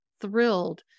thrilled